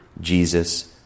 Jesus